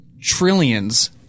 trillions